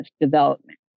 development